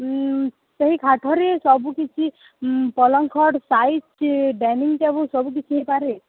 ସେହି କାଠରେ ସବୁ କିଛି ପଲଂ ଖଟ୍ ସାଇଡ଼୍ ଡାଇନିଂ ଟେବୁଲ୍ ସବୁ କିଛି ହେଇପାରେ